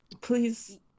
Please